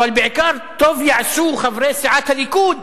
אבל בעיקר טוב יעשו חברי סיעת הליכוד